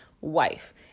wife